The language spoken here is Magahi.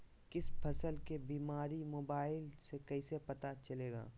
किसी फसल के बीमारी मोबाइल से कैसे पता चलेगा?